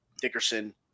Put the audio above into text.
Dickerson